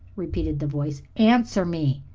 repeated the voice. answer me.